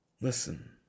Listen